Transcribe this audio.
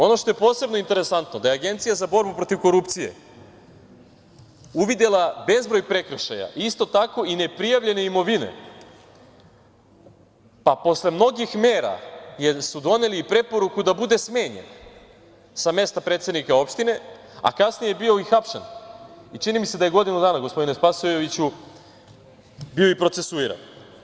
Ono što je posebno interesantno da je Agencija za borbu protiv korupcije uvidela bezbroj prekršaja, isto tako i ne prijavljene imovine, pa posle mnogih mera, jer su doneli preporuku da bude smenjen sa mesta predsednika opštine, a kasnije je bio i hapšen, čini mi se da je godinu dana, gospodine Spasojeviću, bio i procesuiran.